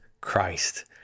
Christ